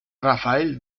rafael